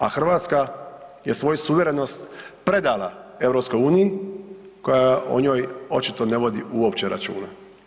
A Hrvatska je svoju suverenost predala EU koja o njoj očito ne vodi računa.